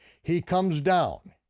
he comes down,